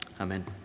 Amen